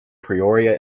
peoria